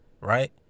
right